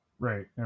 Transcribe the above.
Right